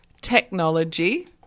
Technology